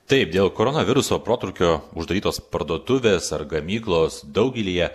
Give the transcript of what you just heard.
taip dėl koronaviruso protrūkio uždarytos parduotuvės ar gamyklos daugelyje